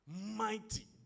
Mighty